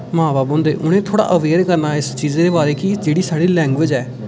मां बब्ब होंदे उनेंगी थोड़ा अवेयर करना इस चीजै दे बारै कि जेह्ड़ी साढ़ी लैंग्विज ऐ